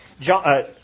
John